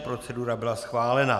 Procedura byla schválena.